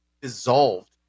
dissolved